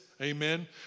Amen